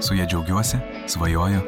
su ja džiaugiuosi svajoju